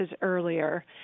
earlier